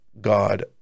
god